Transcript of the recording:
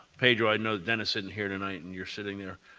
pedro, i know dennis isn't here tonight and you're sitting there.